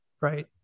right